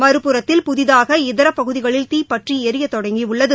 மறுபுறத்தில் புதிதாக இதர பகுதிகளில் தீப்பற்றி ளரிய தொடங்கியுள்ளது